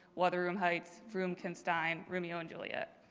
wuther room heights, roomkenstein, roomeo and juliet,